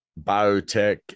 biotech